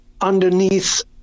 underneath